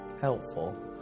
helpful